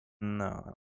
No